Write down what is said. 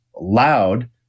loud